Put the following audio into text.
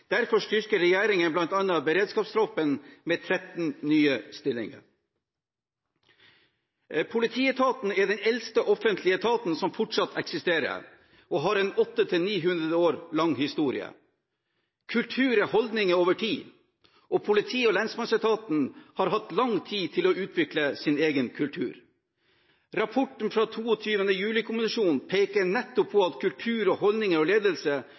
Derfor styrker regjeringen bl.a. beredskapstroppen med 13 nye stillinger. Politietaten er den eldste offentlige etat som fortsatt eksisterer, og den har en 800–900 år lang historie. Kultur er holdninger over tid, og politi- og lensmannsetaten har hatt lang tid å utvikle sin kultur. Rapporten fra 22. juli-kommisjonen peker nettopp på kultur, holdninger og ledelse